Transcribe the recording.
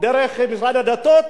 דרך משרד הדתות,